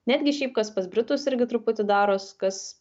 netgi šiaip kas pas britus irgi truputį daros kas